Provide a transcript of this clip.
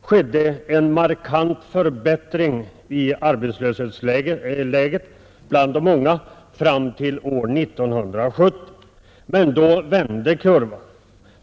skedde en markant förbättring i arbetslöshetsläget bland de unga fram till år 1970, men då vände kurvan.